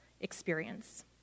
experience